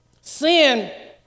Sin